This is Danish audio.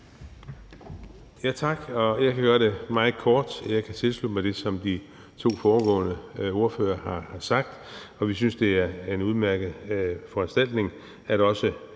Tak. Jeg kan gøre det meget kort. Jeg kan tilslutte mig det, som de to foregående ordførere har sagt. Vi synes, det er et udmærket foranstaltning, at de